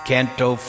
Canto